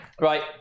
right